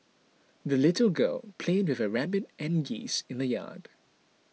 the little girl played with her rabbit and geese in the yard